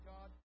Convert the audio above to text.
God